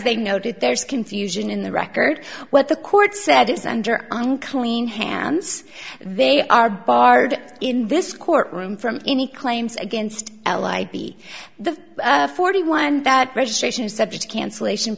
they noted there's confusion in the record what the court said is under unclean hands they are barred in this courtroom from any claims against l ib the forty one that registration is subject cancellation